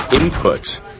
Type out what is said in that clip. input